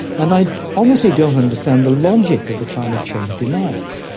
and i honestly don't understand the logic of the climate change deniers.